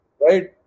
Right